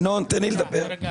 ינון, תן לי לדבר.